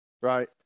Right